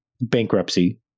bankruptcy